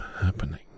happening